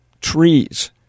trees